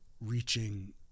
reaching